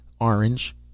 orange